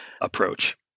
approach